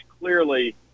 clearly